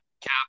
Cap